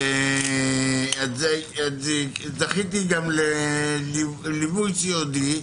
זכיתי גם לליווי סיעודי.